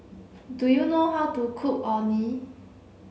do you know how to cook Orh Nee